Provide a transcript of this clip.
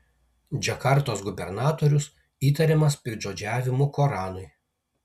džakartos gubernatorius įtariamas piktžodžiavimu koranui